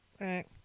right